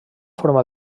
forma